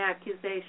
accusation